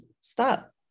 stop